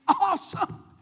awesome